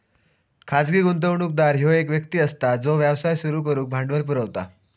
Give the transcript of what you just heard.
खाजगी गुंतवणूकदार ह्यो एक व्यक्ती असता जो व्यवसाय सुरू करुक भांडवल पुरवता